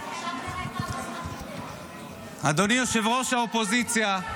--- אדוני ראש האופוזיציה,